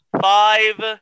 five